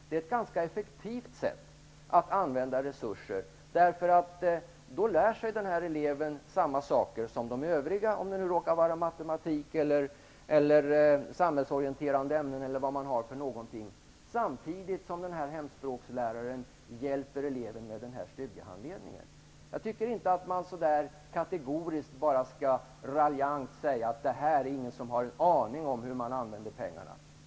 Det är ett effektivt sätt att använda resurser. Eleven lär sig samma saker som övriga elever -- matematik, samhällsorienterande ämnen osv. -- samtidigt som hemspråksläraren hjälper eleven med studiehandledningen. Jag tycker inte att man kategoriskt skall raljera och säga att ingen har någon aning om hur pengarna används.